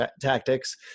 tactics